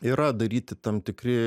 yra daryti tam tikri